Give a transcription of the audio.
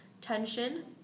Tension